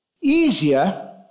easier